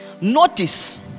Notice